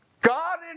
God